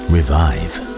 Revive